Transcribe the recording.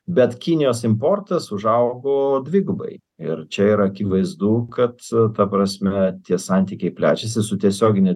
bet kinijos importas užaugo dvigubai ir čia yra akivaizdu kad ta prasme tie santykiai plečiasi su tiesiogine